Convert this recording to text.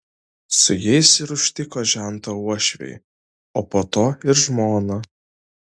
su jais ir užtiko žentą uošviai o po to ir žmona